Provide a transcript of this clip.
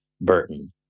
Burton